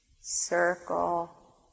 circle